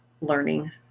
learning